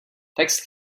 text